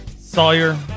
Sawyer